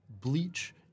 Bleach